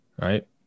Right